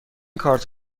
کارت